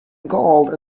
gold